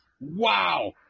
wow